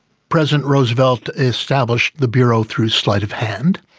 president roosevelt established the bureau through sleight of hand,